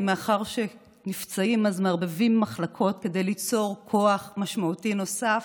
כי מאחר שנפצעים אז מערבבים מחלקות כדי ליצור כוח משמעותי נוסף,